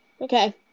okay